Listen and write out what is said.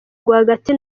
rwagati